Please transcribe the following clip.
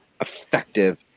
effective